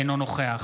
אינו נוכח